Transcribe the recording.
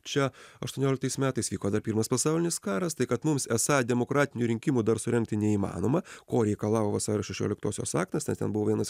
čia aštuonioliktais metais vyko dar pirmas pasaulinis karas tai kad mums esą demokratinių rinkimų dar surengti neįmanoma ko reikalavo vasario šešioliktosios aktas nes ten buvo vienas